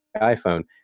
iPhone